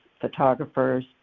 photographers